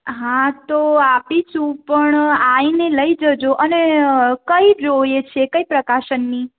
હા તો આપીશું પણ આવીને લઈ જજો અને કઈ જોઈએ છે કઈ પ્રકાશનની